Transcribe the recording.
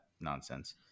nonsense